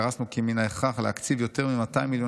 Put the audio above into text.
גרסנו כי מן ההכרח להקציב יותר מ-200 מיליון